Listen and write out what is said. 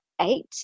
eight